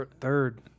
third